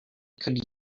could